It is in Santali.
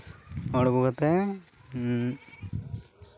ᱦᱚᱲ ᱟᱹᱜᱩ ᱠᱟᱛᱮᱫ